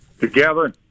together